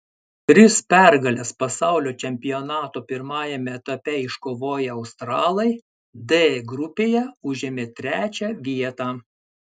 tris pergales pasaulio čempionato pirmajame etape iškovoję australai d grupėje užėmė trečią vietą